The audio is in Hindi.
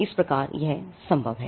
इस प्रकार यह संभव है